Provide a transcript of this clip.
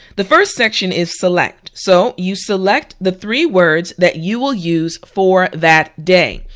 the first section is select, so you select the three words that you will use for that day.